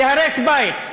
ייהרס בית.